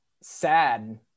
sad